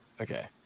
Okay